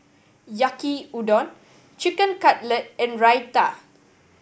Yaki Udon Chicken Cutlet and Raita